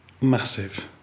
massive